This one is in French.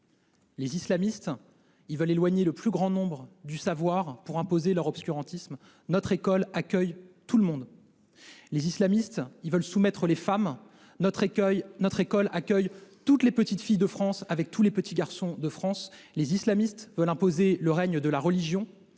Les islamistes veulent éloigner du savoir le plus grand nombre pour imposer leur obscurantisme. Notre école accueille tout le monde. Les islamistes veulent soumettre les femmes. Notre école accueille toutes les petites filles de France, avec tous les petits garçons de France. Les islamistes veulent imposer le règne de la religion.